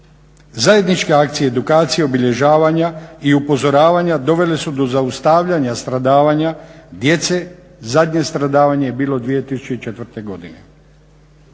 Zajedničke akcije, edukacije i obilježavanja i upozoravanja dovele su do zaustavljanja stradavanja djece. Zadnje stradavanje je bilo 2004. godine.